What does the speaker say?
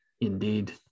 Indeed